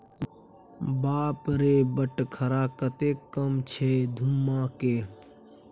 बाप रे बटखरा कतेक कम छै धुम्माके